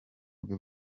bwe